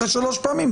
אחרי שלוש פעמים,